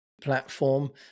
platform